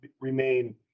remain